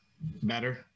better